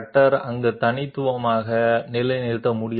కట్టర్లోని వివిధ పాయింట్లు దానితో సంబంధం కలిగి ఉండవచ్చు